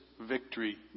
victory